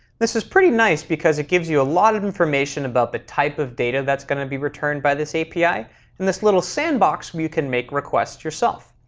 this is pretty nice, because it gives you a lot of information about the type of data that's going to be returned by this api in this little sandbox where you can make requests yourself.